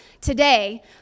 today